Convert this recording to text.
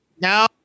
No